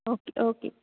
okay okay